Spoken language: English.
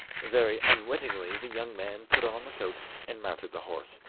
very unwillingly the young man put on the coat and mounted the horse,